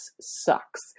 sucks